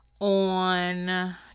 on